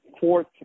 fourth